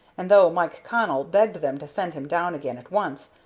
and though mike connell begged them to send him down again at once,